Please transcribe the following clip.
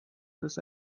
this